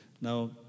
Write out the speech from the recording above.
Now